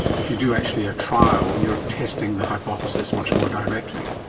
if you do actually a trial, you are testing the hypothesis much more directly.